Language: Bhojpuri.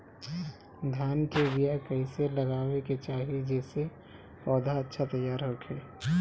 धान के बीया कइसे लगावे के चाही जेसे पौधा अच्छा तैयार होखे?